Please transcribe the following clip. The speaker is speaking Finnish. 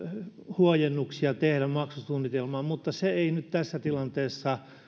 huojennuksia tehdä maksusuunnitelmaan mutta se ei nyt tässä tilanteessa